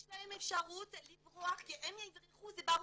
יש להם אפשרות לברוח, הם יברחו מצרפת, זה ברור,